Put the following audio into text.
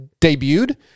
debuted